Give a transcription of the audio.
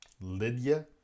Lydia